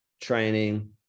training